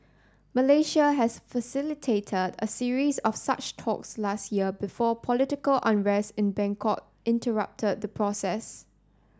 Malaysia has facilitated a series of such talks last year before political unrest in Bangkok interrupted the process